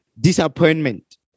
disappointment